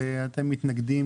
אבל אתם מתנגדים,